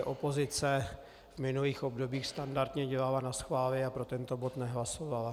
Opozice v minulých obdobích standardně dělala naschvály a pro tento bod nehlasovala.